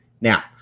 Now